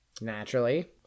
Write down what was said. Naturally